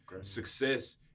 Success